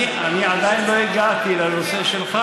אני עדיין לא הגעתי לנושא שלך.